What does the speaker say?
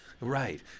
Right